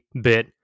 bit